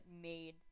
made